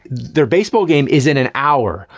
their baseball game is in an hour,